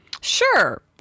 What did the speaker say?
Sure